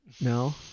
No